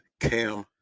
Cam